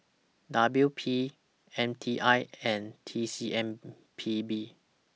W P M T I and T C M P B